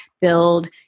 build